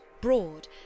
broad